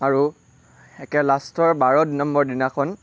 আৰু একে লাষ্টৰ বাৰ নম্বৰ দিনাখন